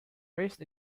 raised